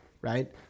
Right